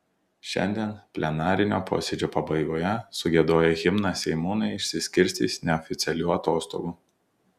šiandien plenarinio posėdžio pabaigoje sugiedoję himną seimūnai išsiskirstys neoficialių atostogų